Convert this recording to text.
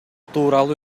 тууралуу